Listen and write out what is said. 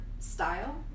style